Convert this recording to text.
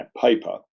paper